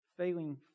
Failing